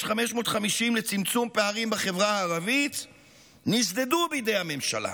לצמצום פערים בחברה הערבית נשדדו בידי הממשלה.